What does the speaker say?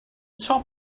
top